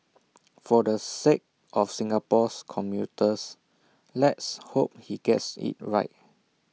for the sake of Singapore's commuters let's hope he gets IT right